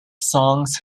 songs